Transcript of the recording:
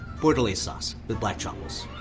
bordelaise sauce, with black truffles.